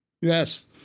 Yes